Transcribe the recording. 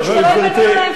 לכפר-שמריהו,